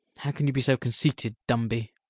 how can you be so conceited, dumby?